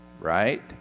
Right